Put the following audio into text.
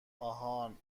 آهان